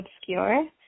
obscure